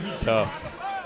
tough